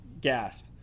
gasp